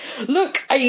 look